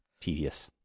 tedious